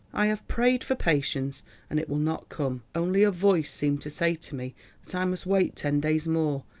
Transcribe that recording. i have prayed for patience and it will not come, only a voice seemed to say to me that i must wait ten days more,